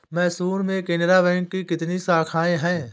मैसूर में केनरा बैंक की कितनी शाखाएँ है?